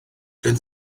gen